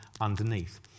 underneath